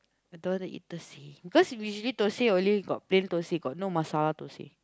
don't want to eat Thursday